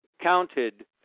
counted